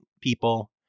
people